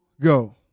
go